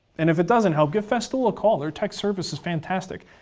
and if it doesn't help give festool a call. their text service is fantastic,